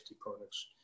products